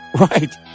right